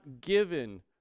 given